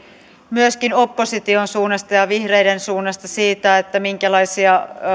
myöskin opposition suunnasta ja vihreiden suunnasta siitä minkälaisia